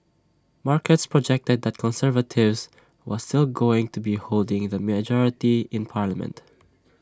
markets projected that conservatives was still going to be holding the majority in parliament